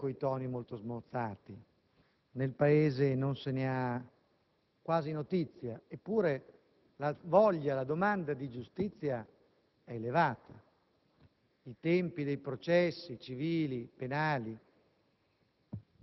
giudiziario arriva, devo dire, con toni molto smorzati: nel Paese non se ne ha quasi notizia, eppure la voglia e la domanda di giustizia sono elevate.